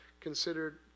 considered